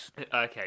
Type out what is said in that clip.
Okay